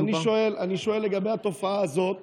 אני שואל לגבי התופעה הזאת